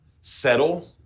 settle